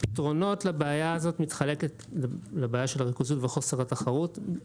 הפתרונות לבעיה הזאת מתחלקים לשני חלקים: